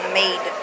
made